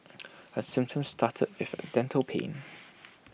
her symptoms started with A dental pain